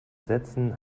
setzen